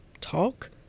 talk